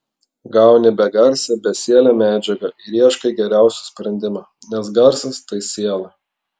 gauni begarsę besielę medžiagą ir ieškai geriausio sprendimo nes garsas tai siela